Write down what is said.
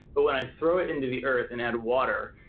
but when i throw it into the earth and add water,